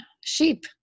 Sheep